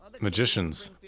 magicians